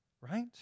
right